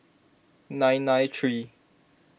nine nine three